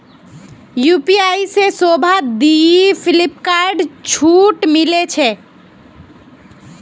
UPI से शोभा दी फिलिपकार्टत छूट मिले छे